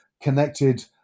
connected